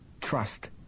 trust